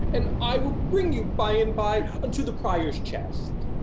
and i will bring you, by and by, unto the prior's chest.